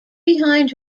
behind